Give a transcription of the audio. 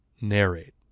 narrate